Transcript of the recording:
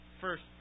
first